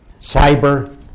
cyber